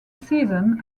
season